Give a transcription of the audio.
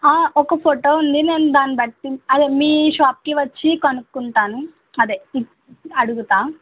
ఒక ఫోటో ఉంది నేను దాన్నిబట్టి అదే మీ షాప్కి వచ్చి కనుక్కుంటాను అదే అడుగుతాను